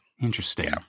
Interesting